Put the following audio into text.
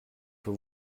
peu